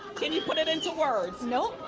can you put it into words? no.